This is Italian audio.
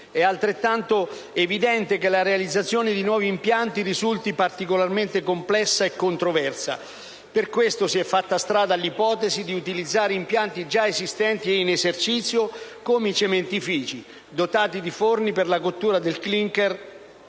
È altrettanto evidente che la realizzazione di nuovi impianti risulta particolarmente complessa e controversa; per questo si è fatta strada l'ipotesi di utilizzare impianti già esistenti e in esercizio come i cementifici dotati di forni per la cottura del *clinker*,